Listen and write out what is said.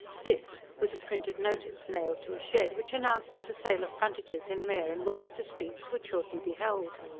this was a printed notice, nailed to a shed, which announced that a sale of frontages in mair and webster streets would shortly be held.